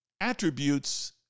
attributes